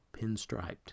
pinstriped